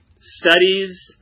studies